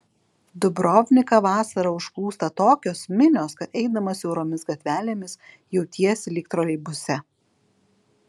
dubrovniką vasarą užplūsta tokios minios kad eidamas siauromis gatvelėmis jautiesi lyg troleibuse